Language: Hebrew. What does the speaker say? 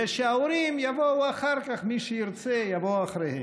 כדי שההורים יבואו אחר כך, מי שירצה יבוא אחריהם.